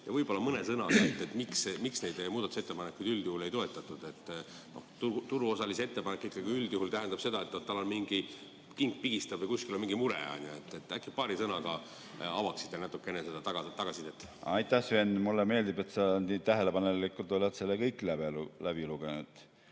Võib-olla mõne sõnaga, miks neid muudatusettepanekuid üldjuhul ei toetatud? Turuosalise ettepanek ikkagi üldjuhul tähendab seda, et tal king pigistab ja kuskil on mingi mure. Äkki paari sõnaga avate natukene seda tagasisidet. Aitäh, Sven! Mulle meeldib, et sa oled tähelepanelikult selle kõik läbi lugenud.